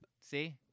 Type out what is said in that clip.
See